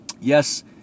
yes